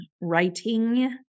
Writing